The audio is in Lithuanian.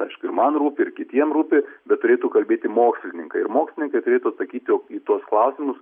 aišku ir man rūpi ir kitiem rūpi bet turėtų kalbėti mokslininkai ir mokslininkai turėtų atsakyti į tuos klausimus